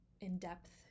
in-depth